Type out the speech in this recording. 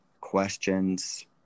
questions